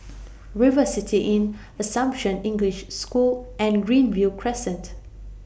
River City Inn Assumption English School and Greenview Crescent